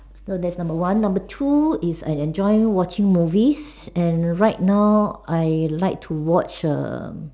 so that's number one number two is I enjoy watching movies and right now I like to watch a